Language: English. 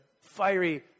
fiery